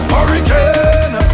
Hurricane